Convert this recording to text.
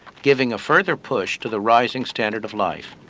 giving a further push to the rising standard of life.